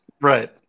Right